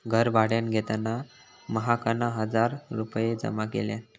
घर भाड्यान घेताना महकना हजार रुपये जमा केल्यान